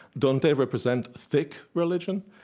don't they represent thick religion?